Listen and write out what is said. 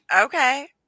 Okay